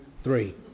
three